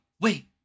wait